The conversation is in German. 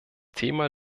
thema